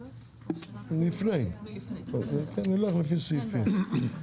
נלך לפי סעיפים.